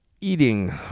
Eating